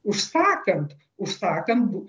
užsakant užsakant bū